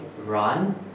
run